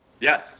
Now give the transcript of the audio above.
Yes